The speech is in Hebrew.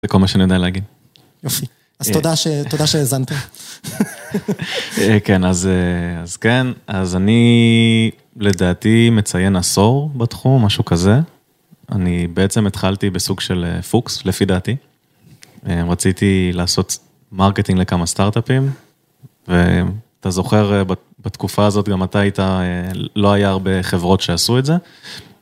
זה כל מה שאני יודע להגיד. יופי. אז תודה שהאזנתם. כן, אז כן, אז אני, לדעתי, מציין עשור בתחום, משהו כזה. אני בעצם התחלתי בסוג של פוקס, לפי דעתי. רציתי לעשות מרקטינג לכמה סטארט-אפים, ואתה זוכר, בתקופה הזאת, גם אתה היית, לא היה הרבה חברות שעשו את זה.